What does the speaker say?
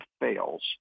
fails